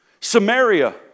Samaria